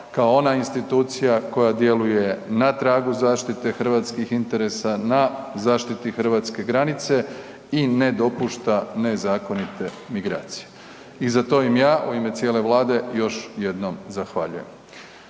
kao ona institucija koja djeluje na tragu zaštite hrvatskih interesa, na zaštiti hrvatske granice i ne dopušta nezakonite migracije. I za to im ja, u ime cijele Vlade, još jednom zahvaljujem.